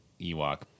Ewok